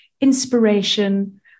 inspiration